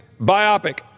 biopic